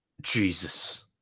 Jesus